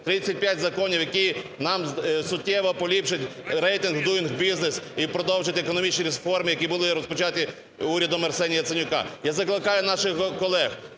35 законів, які нам суттєво поліпшать рейтинг вDoing Business і продовжать економічні реформи, які були розпочаті урядом Арсенія Яценюка. Я закликаю наших колег,